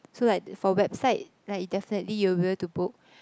so like for website like definitely you'll be able to book